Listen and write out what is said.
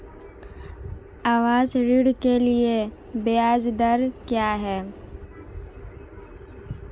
आवास ऋण के लिए ब्याज दर क्या हैं?